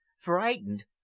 Frightened